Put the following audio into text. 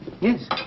Yes